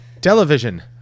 Television